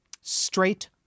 Straight